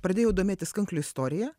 pradėjau domėtis kanklių istorija